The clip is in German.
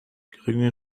geringe